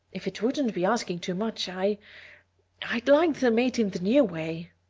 if it wouldn't be asking too much i i'd like them made in the new way.